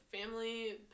family